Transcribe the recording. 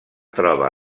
troba